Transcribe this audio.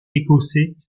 écossais